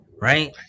right